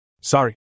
Sorry